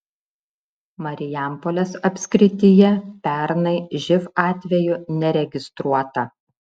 marijampolės apskrityje pernai živ atvejų neregistruota